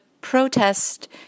protest